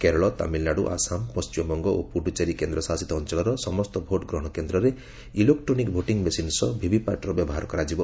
କେରଳ ତାମିଲନାଡୁ ଆସାମ ପଶ୍ଚିମବଙ୍ଗ ଓ ପୁଡୁଚେରୀ କେନ୍ଦ୍ରଶାସିତ ଅଞ୍ଚଳର ସମସ୍ତ ଭୋଟ୍ଗ୍ରହଣ କେନ୍ଦ୍ରରେ ଇଲେକ୍ଟ୍ରୋନିକ୍ ଭୋଟିଂ ମେସିନ୍ ସହ ଭିଭିପାଟ୍ର ବ୍ୟବହାର କରାଯିବ